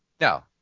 No